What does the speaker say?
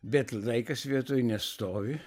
bet laikas vietoj nestovi